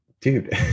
dude